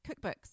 cookbooks